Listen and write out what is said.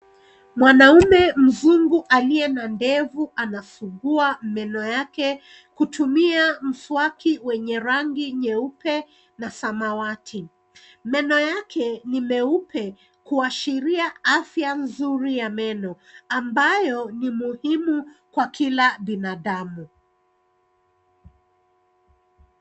Mwanaume mzungu aliye na ndevu anasugua meno yake kutumia mswaki wenye rangi nyeupe na samawati. Meno yake ni meupe kuashiria afya mzuri wa meno ambayo ni muhimu kwa kila binadamu.